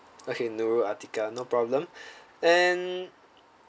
okay nurul atikah no problem and